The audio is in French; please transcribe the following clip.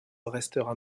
restera